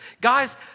Guys